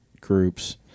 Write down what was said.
groups